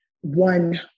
one